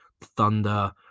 Thunder